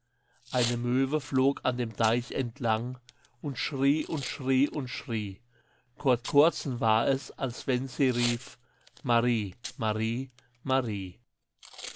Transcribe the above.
eine möwe flog an dem deich entlang und schrie und schrie und schrie kord kordsen war es als wenn sie rief marie marie marie